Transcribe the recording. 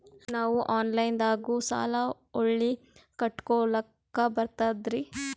ನಾವು ಆನಲೈನದಾಗು ಸಾಲ ಹೊಳ್ಳಿ ಕಟ್ಕೋಲಕ್ಕ ಬರ್ತದ್ರಿ?